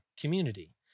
community